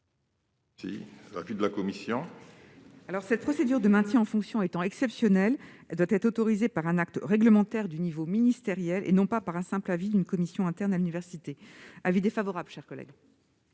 est l'avis de la commission ? Cette procédure de maintien en fonction étant exceptionnelle, elle doit être autorisée par un acte réglementaire de niveau ministériel, et non par un simple avis d'une commission interne à l'université. L'avis de la commission est